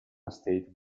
state